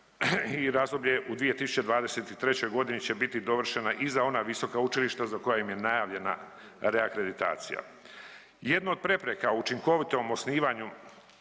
i razdoblje, u 2023.g. će biti dovršena i za ona visoka učilišta za koja im je najavljena reakreditacija. Jedno od prepreka u učinkovitom osnivanju